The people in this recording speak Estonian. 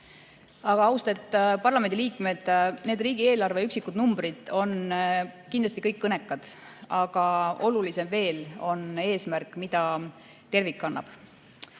Austet parlamendiliikmed! Need riigieelarve üksikud numbrid on kindlasti kõik kõnekad, aga veel olulisem on eesmärk, mida tervik kannab.